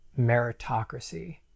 meritocracy